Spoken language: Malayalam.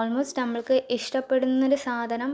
ആൾമോസ്റ്റ് നമ്മൾക്ക് ഇഷ്ട്ടപ്പെടുന്ന ഒരു സാധനം